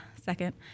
second